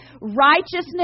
righteousness